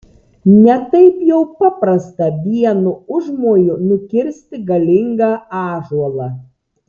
ne taip jau paprasta vienu užmoju nukirsti galingą ąžuolą